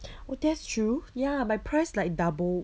oh that's true ya my price like doubled